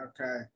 Okay